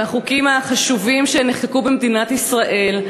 מהחוקים החשובים שנחקקו במדינת ישראל,